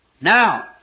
Now